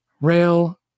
rail